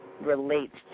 relates